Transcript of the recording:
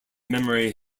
memory